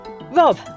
Rob